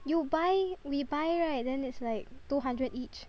you buy we buy right then it's like two hundred each